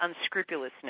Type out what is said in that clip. unscrupulousness